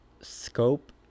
scope